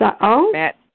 Matt